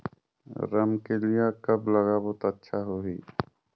रमकेलिया कब लगाबो ता अच्छा होही?